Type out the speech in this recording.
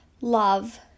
love